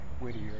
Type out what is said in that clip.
Whittier